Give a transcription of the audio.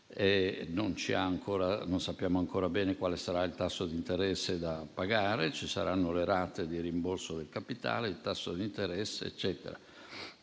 che non sappiamo ancora bene quale sarà il tasso d'interesse da pagare, che ci saranno le rate di rimborso del capitale, il tasso di interesse e